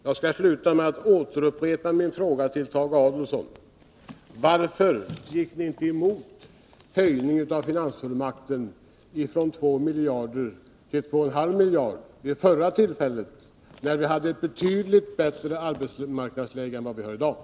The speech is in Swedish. Jag skall sluta med att återupprepa min fråga till Tage Adolfsson: Varför gick ni inte emot höjningen av finansfullmakten från 2 miljarder till 2,5 miljarder vid förra tillfället, när vi hade ett betydligt bättre arbetsmarknadsläge än vi har i dag?